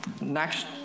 next